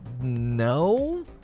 No